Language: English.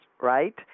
right